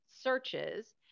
searches